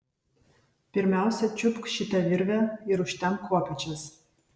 pirmiausia čiupk šitą virvę ir užtempk kopėčias